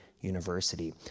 University